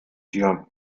dir